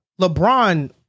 LeBron—